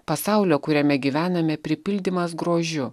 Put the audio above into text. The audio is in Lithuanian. pasaulio kuriame gyvename pripildymas grožiu